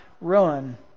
run